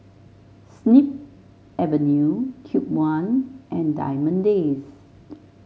Snip Avenue Cube One and Diamond Days